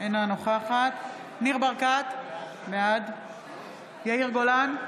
אינה נוכחת ניר ברקת, בעד יאיר גולן,